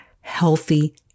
healthy